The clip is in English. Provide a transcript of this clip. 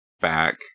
back